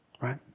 right